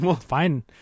fine